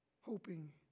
hoping